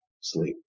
sleep